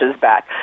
back